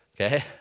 okay